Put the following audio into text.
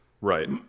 right